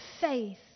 faith